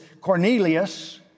Cornelius